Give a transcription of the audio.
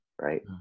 right